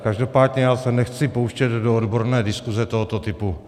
Každopádně já se nechci pouštět do odborné diskuse tohoto typu.